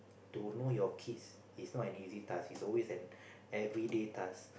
to know your kids is not an easy task is always an everyday task